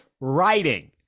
writing